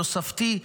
תוספתי.